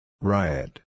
Riot